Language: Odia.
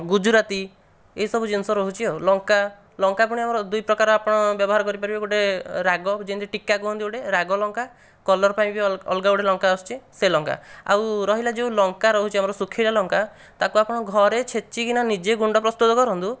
ଗୁଜୁରାତି ଏହି ସବୁ ଜିନିଷ ରହୁଛି ଆଉ ଲଙ୍କା ଲଙ୍କା ପୁଣି ଆମର ଆପଣ ଦୁଇ ପ୍ରକାରର ବ୍ୟବହାର କରିପାରିବେ ଗୋଟେ ରାଗ ଯେମିତି ଟୀକା କୁହନ୍ତି ଗୋଟେ ରାଗ ଲଙ୍କା କଲର୍ ପାଇଁ ବି ଅଲଗା ଗୋଟେ ଲଙ୍କା ଆସୁଛି ସେ ଲଙ୍କା ଆଉ ରହିଲା ଯେଉଁ ଲଙ୍କା ରହୁଛି ଆମର ଶୁଖିଲା ଲଙ୍କା ତାକୁ ଆପଣ ଘରେ ଛେଚିକିନା ନିଜେ ଗୁଣ୍ଡ ପ୍ରସ୍ତୁତ କରନ୍ତୁ